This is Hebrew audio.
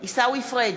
עיסאווי פריג'